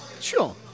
Sure